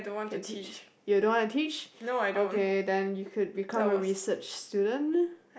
can teach you don't want to teach okay then you could become a research student